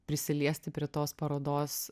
prisiliesti prie tos parodos